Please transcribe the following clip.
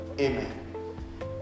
Amen